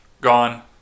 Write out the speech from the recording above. gone